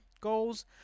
goals